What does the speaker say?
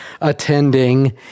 attending